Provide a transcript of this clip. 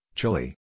Chile